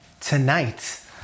tonight